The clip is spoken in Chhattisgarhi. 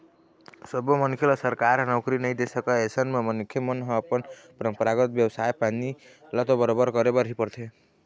सब्बो मनखे ल सरकार ह नउकरी नइ दे सकय अइसन म मनखे मन ल अपन परपंरागत बेवसाय पानी ल तो बरोबर करे बर ही परथे